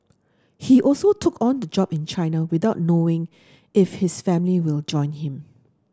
he also took on the job in China without knowing if his family will join him